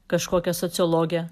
kažkokią sociologę